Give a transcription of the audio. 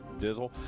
Dizzle